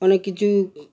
অনেক কিচু